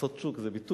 "לעשות שוק" זה ביטוי,